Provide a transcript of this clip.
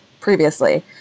previously